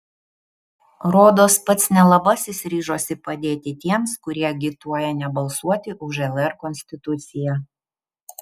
rodos pats nelabasis ryžosi padėti tiems kurie agituoja nebalsuoti už lr konstituciją